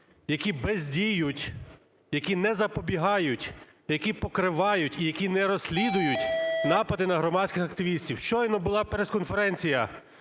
які бездіють, які не запобігають, які покривають і які не розслідують напади на громадських активістів. Щойно була прес-конференція,